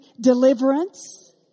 deliverance